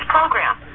Program